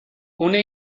una